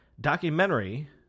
documentary